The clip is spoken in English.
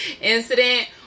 incident